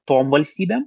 tom valstybėm